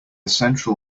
central